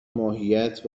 ماهیت